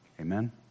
Amen